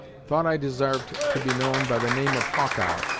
thought i desarved to be known by the name of hawkeye,